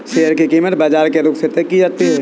share की कीमत बाजार के रुख से तय की जाती है